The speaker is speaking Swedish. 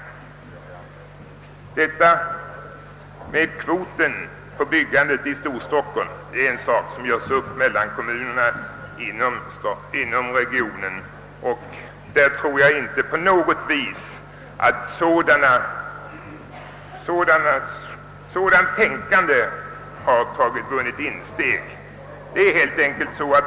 Frågan om byggnadskvoten för Stockholm görs upp mellan kommunerna inom regionen, Jag tror inte att kvottänkandet på något sätt har vunnit insteg hos dem.